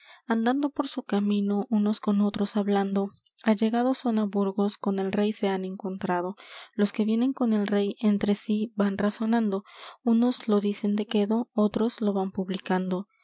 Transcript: andando por su camino unos con otros hablando allegados son á burgos con el rey se han encontrado los que vienen con el rey entre sí van razonando unos lo dicen de quedo otros lo van publicando